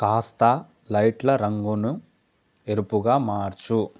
కాస్త లైట్ల రంగును ఎరుపుగా మార్చు